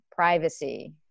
privacy